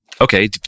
okay